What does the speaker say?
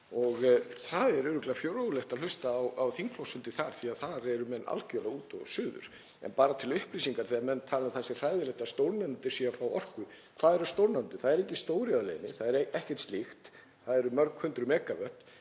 og það er örugglega fróðlegt að hlusta á þingflokksfundi þar því að þar eru menn algjörlega út og suður. En bara til upplýsingar, þegar menn tala um að það sé hræðilegt að stórnotendur séu að fá orku: Hvað eru stórnotendur? Það er engin stóriðja á leiðinni. Það er ekkert slíkt. Það eru mörg hundruð megavött,